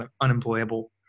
unemployable